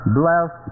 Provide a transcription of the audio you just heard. bless